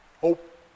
hope